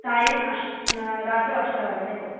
सायम् अष् रात्रौ अष्टवादने भवति